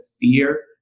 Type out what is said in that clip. fear